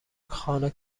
خانه